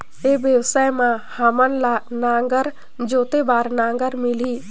ई व्यवसाय मां हामन ला नागर जोते बार नागर मिलही?